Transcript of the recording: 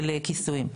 כיסויים.